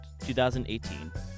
2018